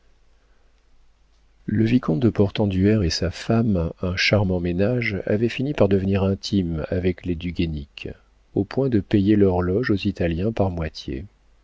le vicomte de portenduère et sa femme un charmant ménage avaient fini par devenir intimes avec les du guénic au point de payer leur loge aux italiens par moitié